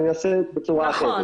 אני אנסה בצורה אחרת.